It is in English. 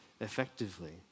effectively